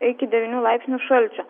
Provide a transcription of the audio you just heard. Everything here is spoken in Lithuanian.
iki devynių laipsnių šalčio